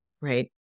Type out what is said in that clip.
right